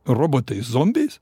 robotais zombiais